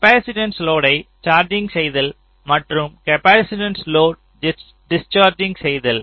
capacitance லோடை charging செய்தல் மற்றும் காப்பாசிட்டன்ஸ் லோடு டிஸ்சார்ஜிங் செய்தல்